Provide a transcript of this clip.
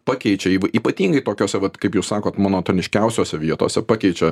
pakeičia ypatingai tokiose vat kaip jūs sakot monotoniškiausiose vietose pakeičia